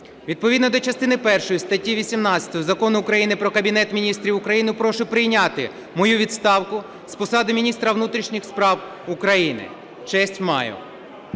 "Відповідно до частини першої статті 18 Закону України "Про Кабінет Міністрів України" прошу прийняти мою відставку з посади міністра внутрішніх справ України. Честь маю!"